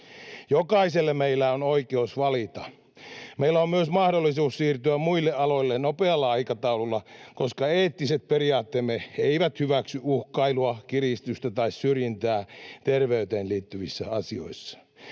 Jokaisella meillä on oikeus valita. Meillä on myös mahdollisuus siirtyä muille aloille nopealla aikataululla, koska eettiset periaatteemme eivät hyväksy uhkailua, kiristystä tai syrjintää terveyteen liittyvissä asioissa.